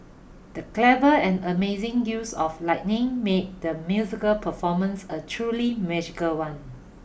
the clever and amazing use of lightning made the musical performance a truly magical one